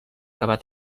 cavar